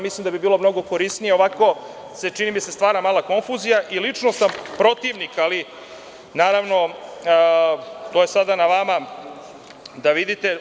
Mislim da bi bilo mnogo korisnije, ovako mi se čini da se stvara mala konfuzija i lično sam protivnik, ali naravno to je na vama da vidite.